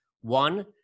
one